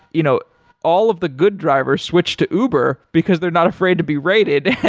you know all of the good drivers switched to uber, because they're not afraid to be rated.